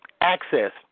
access